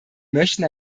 möchten